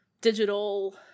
digital